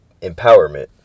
empowerment